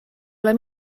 ole